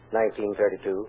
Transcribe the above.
1932